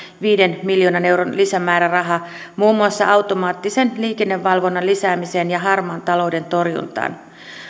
viiden miljoonan euron lisämääräraha muun muassa automaattisen liikennevalvonnan lisäämiseen ja harmaan talouden torjuntaan